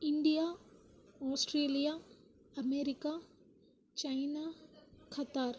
India Australia America China Qatar